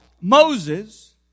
Moses